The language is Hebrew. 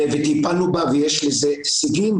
טיפלנו בה ויש לה הישגים,